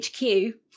HQ